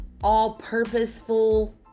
all-purposeful